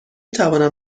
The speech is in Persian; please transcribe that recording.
توانم